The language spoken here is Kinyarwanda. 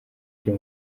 byo